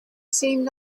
seemed